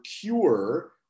cure